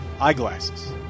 eyeglasses